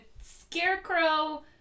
Scarecrow